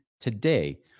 today